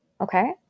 Okay